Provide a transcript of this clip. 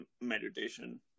meditation